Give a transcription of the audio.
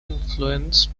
influenced